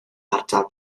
ardal